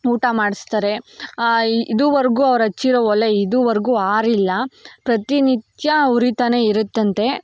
ಊಟ ಮಾಡಿಸ್ತಾರೆ ಇದುವರೆಗೂ ಅವ್ರು ಹಚ್ಚಿರೋ ಒಲೆ ಇದುವರೆಗೂ ಆರಿಲ್ಲ ಪ್ರತಿನಿತ್ಯ ಉರಿತಾನೆ ಇರುತ್ತಂತೆ